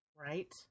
Right